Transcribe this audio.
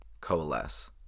coalesce